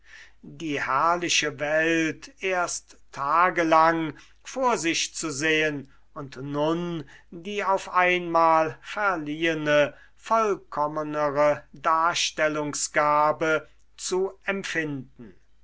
die herrliche welt erst tagelang vor sich zu sehen und nun die auf einmal verliehene vollkommenere darstellungsgabe zu empfinden